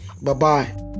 Bye-bye